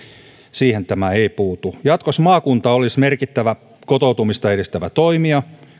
niihin tämä ei puutu jatkossa maakunta olisi merkittävä kotoutumista edistävä toimija